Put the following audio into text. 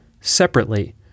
separately